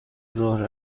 ظهر